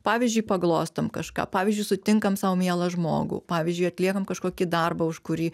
pavyzdžiui paglostom kažką pavyzdžiui sutinkam sau mielą žmogų pavyzdžiui atliekam kažkokį darbą už kurį